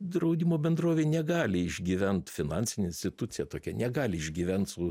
draudimo bendrovė negali išgyvent finansinė institucija tokia negali išgyvent su